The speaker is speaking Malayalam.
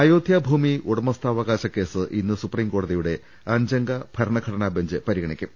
അയോദ്ധ്യാ ഭൂമി ഉടമസ്ഥാവകാശ കേസ് ഇന്ന് സുപ്രീം കോട തിയുടം അഞ്ചംഗ ഭരണഘടനാ ബെഞ്ച് ഇന്ന് പരിഗണിക്കും